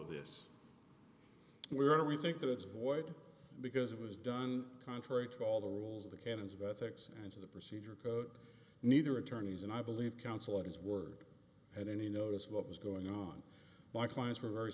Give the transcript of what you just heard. of this where we think that it's void because it was done contrary to all the rules of the canons of ethics and to the procedure neither attorneys and i believe counsel of his word had any notice of what was going on my clients were very